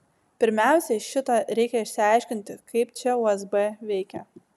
pirmiausiai šitą reikia išsiaiškinti kaip čia usb veikia